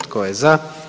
Tko je za?